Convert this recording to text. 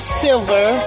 silver